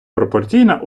пропорційна